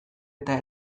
eta